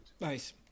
Nice